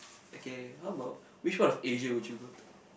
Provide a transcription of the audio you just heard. okay how about which part of Asia would you go to